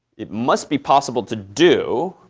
it must be possible to do,